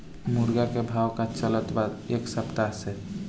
मुर्गा के भाव का चलत बा एक सप्ताह से?